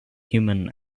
human